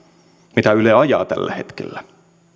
mitä yle ajaa tällä hetkellä